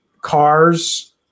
Cars